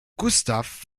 gustav